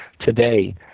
today